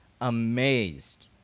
amazed